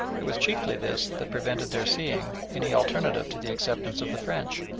it was chiefly this that prevented their seeing any alternative to the acceptance of the french.